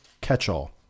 catch-all